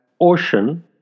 ocean